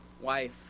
Wife